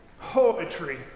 poetry